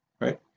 Right